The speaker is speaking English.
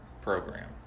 program